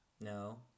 No